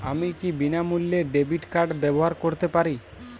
আমি কি বিনামূল্যে ডেবিট কার্ড ব্যাবহার করতে পারি?